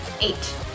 Eight